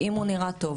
אם הוא נראה טוב,